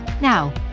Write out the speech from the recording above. Now